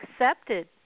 accepted